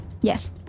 Yes